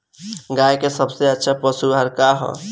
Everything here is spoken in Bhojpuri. गाय के सबसे अच्छा पशु आहार का ह?